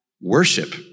worship